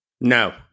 No